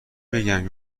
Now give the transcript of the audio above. بگم